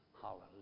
Hallelujah